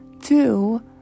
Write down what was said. Two